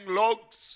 logs